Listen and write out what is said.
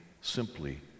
simply